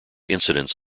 incidents